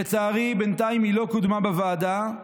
לצערי בינתיים היא לא קודמה בוועדה,